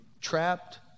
trapped